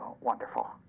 wonderful